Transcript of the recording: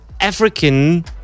African